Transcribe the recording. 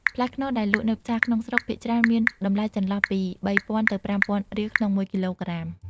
ផ្លែខ្នុរដែលលក់នៅផ្សារក្នុងស្រុក ភាគច្រើនមានតម្លៃចន្លោះពី ៣០០០ ទៅ ៥០០០ រៀលក្នុងមួយគីឡូក្រាម។